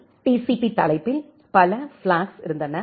B தலைப்பில் பல ஃபிளாக்ஸ்கள் இருந்தன